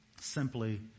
Simply